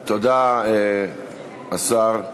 תודה, סגן השר.